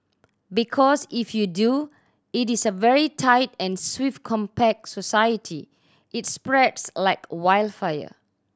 because if you do it is a very tight and swift compact society it spreads like wild fire